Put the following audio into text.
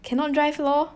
cannot drive lor